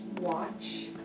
watch